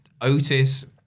Otis